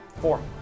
Four